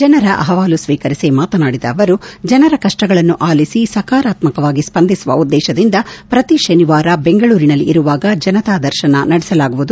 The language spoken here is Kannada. ಜನರ ಅಹವಾಲು ಸ್ವೀಕರಿಸಿ ಮಾತನಾಡಿದ ಅವರು ಜನರ ಕಷ್ಷಗಳನ್ನು ಆಲಿಸಿ ಸಕಾರಾತ್ಸಕವಾಗಿ ಸ್ಪಂದಿಸುವ ಉದ್ದೇಶದಿಂದ ಪ್ರತಿ ಶನಿವಾರ ಬೆಂಗಳೂರಿನಲ್ಲಿ ಇರುವಾಗ ಜನತಾದರ್ಶನ ನಡೆಸಲಾಗುವುದು